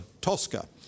Tosca